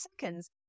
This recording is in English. seconds